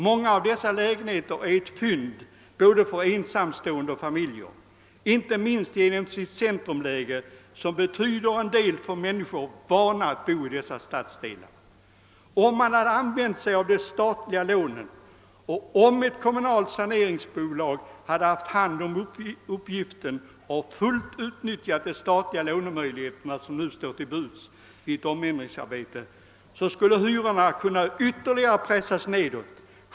Många av dessa lägenheter är ett fynd både för ensamstående och för familjer, inte minst genom sitt centrumläge som betyder en hel del för människor, vana att bo i dessa stadsdelar. Om man hade använt de statliga lånen och, ännu mer, om ett kommunalt saneringsbolag hade haft hand om uppgiften och fullt utnyttjat de statliga lånemöjligheter som nu står till buds vid ett omändringsarbete, skulle hyrorna ytterligare ha kunnat pressas nedåt.